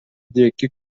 диэки